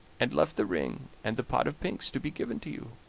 and left the ring and the pot of pinks to be given to you